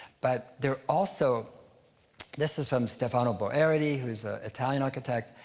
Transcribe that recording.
but they're also this is from stefano boeri, who's a italian architect.